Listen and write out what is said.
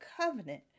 covenant